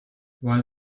while